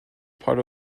part